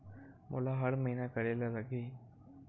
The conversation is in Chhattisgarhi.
मोला हर महीना करे ल लगही?